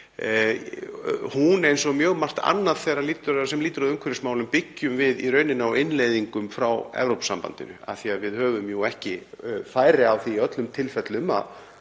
eins og mjög margt annað sem lýtur að umhverfismálum, byggjum við í rauninni á innleiðingum frá Evrópusambandinu af því að við höfum ekki færi á því í öllum tilfellum að